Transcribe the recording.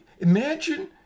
Imagine